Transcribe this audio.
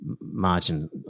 margin